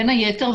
בין היתר,